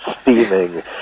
steaming